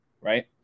Right